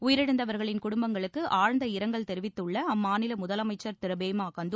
உயிரிழந்தவர்களின் குடும்பங்களுக்கு ஆழ்ந்த இரங்கல் தெரிவித்துள்ள அம்மாநில முதலமைச்சர் திரு போமா கந்து